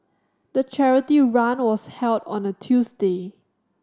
the charity run was held on a Tuesday